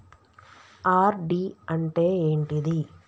RD అంటే ఏంటిది?